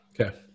Okay